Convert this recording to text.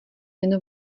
jen